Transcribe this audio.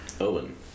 Owen